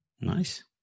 Nice